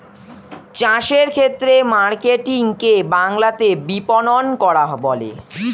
চাষের ক্ষেত্রে মার্কেটিং কে বাংলাতে বিপণন করা বলে